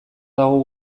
dago